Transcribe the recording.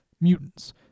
mutants